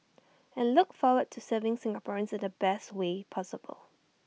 and look forward to serving Singaporeans in the best way possible